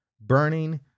burning